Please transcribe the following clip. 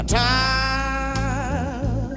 time